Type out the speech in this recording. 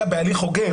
אלא בהליך הוגן.